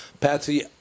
Patsy